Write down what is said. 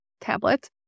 tablet